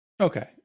Okay